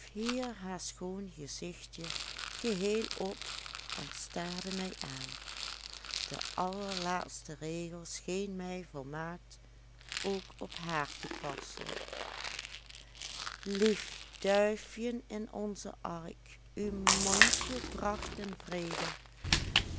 hier haar schoon gezichtje geheel op en staarde mij aan de allerlaatste regel scheen mij volmaakt ook op haar toepasselijk lief duifjen in onze ark uw mondje bracht den vrede